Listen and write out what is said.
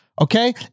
okay